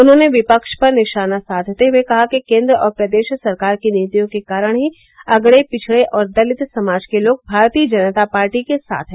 उन्होंने विपक्ष पर निशाना साधते हुए कहा कि केन्द्र और प्रदेश सरकार की नीतियों के कारण ही अगडे पिछड़े और दलित समाज के लोग भारतीय जनता पार्टी के साथ है